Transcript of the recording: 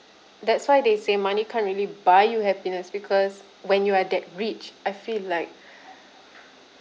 that's why they say money can't really buy you happiness because when you are that rich I feel like